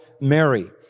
Mary